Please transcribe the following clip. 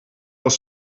aus